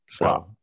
Wow